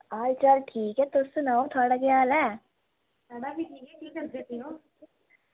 हाल चाल ठीक ऐ तुस सनाओ थुआढ़ा ठीक ऐ